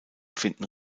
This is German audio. finden